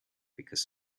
because